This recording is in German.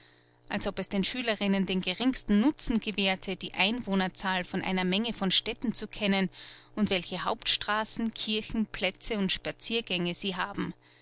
als ob es den schülerinnen den gerinsten nutzen gewährte die einwohnerzahl von einer menge von städten zu kennen und welche hauptstraßen kirchen plätze und spaziergänge sie haben